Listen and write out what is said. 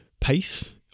pace